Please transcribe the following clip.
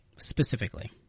specifically